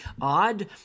odd